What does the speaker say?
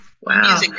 Wow